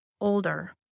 older